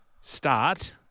start